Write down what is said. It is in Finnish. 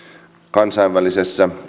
kansainvälisessä